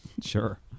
Sure